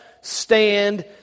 stand